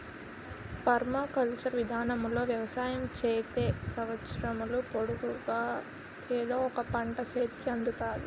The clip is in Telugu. పర్మాకల్చర్ విధానములో వ్యవసాయం చేత్తే సంవత్సరము పొడుగునా ఎదో ఒక పంట సేతికి అందుతాది